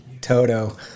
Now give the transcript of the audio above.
Toto